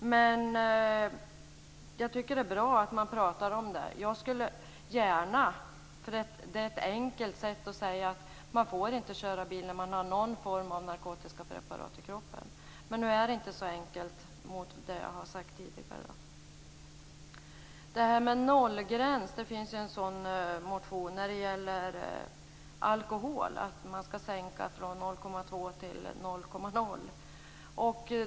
Jag tycker att det är bra att vi pratar om detta. Ett enkelt sätt är att säga att man inte får köra bil när man har någon form av narkotiska preparat i kroppen, men nu är det mot bakgrund av det jag har sagt tidigare inte så enkelt. Det finns en motion om nollgräns när det gäller alkohol, där det förespråkas att man skall sänka från 0,2 % till 0,0 %.